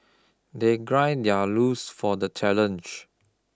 they gird their loins for the challenge